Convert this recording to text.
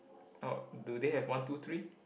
oh do they have one two three